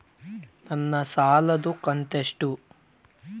ನನ್ನ ಸಾಲದು ಕಂತ್ಯಷ್ಟು?